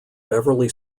beverly